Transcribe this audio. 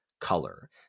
color